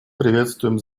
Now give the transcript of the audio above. приветствуем